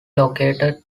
located